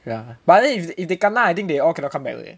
ya but then if if they kena I think they all cannot come back already